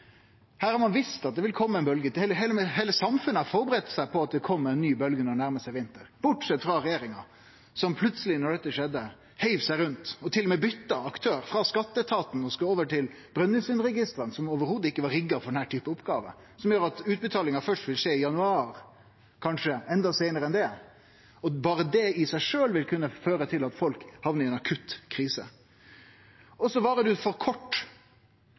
Her har ein visst at det ville kome ei bølgje til. Heile samfunnet har forberedt seg på at det ville kome ei ny bølgje når det nærma seg vinter – bortsett frå regjeringa, som plutseleg da dette skjedde, heiv seg rundt og til og med bytte aktør frå skatteetaten til Brønnøysundregistra, som i det heile ikkje var rigga for denne typen oppgåver, noko som gjer at utbetalingane først vil skje i januar, kanskje enda seinare enn det. Berre det i seg sjølv vil kunne føre til at folk hamnar i ei akutt krise. Og det varer for kort.